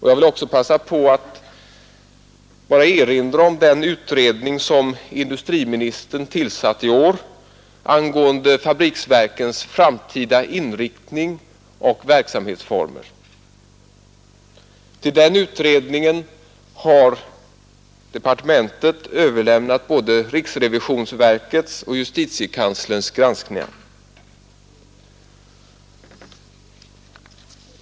Jag vill också passa på att erinra om den utredning som industriministern tillsatt i år angående fabriksverkens framtida inriktning och verksamhetsformer. Till den utredningen har departementet överlämnat både riksrevisionsverkets och justitiekanslerns granskningar.